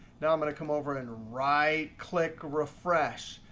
now i'm going to come over and right click refresh.